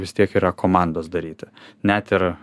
vis tiek yra komandos daryti net ir